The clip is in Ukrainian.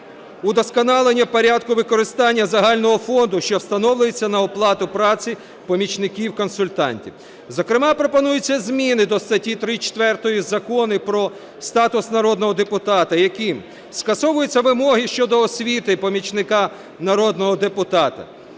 удосконалення порядку використання загального фонду, що встановлюється на оплату праці помічників-консультантів. Зокрема, пропонуються зміни до статті 34 Закону про статус народного депутата, якими скасовуються вимоги щодо освіти помічника народного депутата,